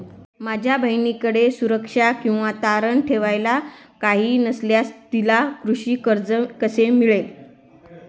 माझ्या बहिणीकडे सुरक्षा किंवा तारण ठेवायला काही नसल्यास तिला कृषी कर्ज कसे मिळेल?